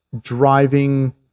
driving